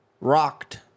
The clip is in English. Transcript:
rocked